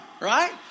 right